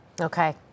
Okay